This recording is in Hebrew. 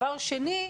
דבר שני,